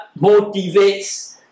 motivates